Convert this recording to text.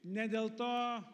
ne dėl to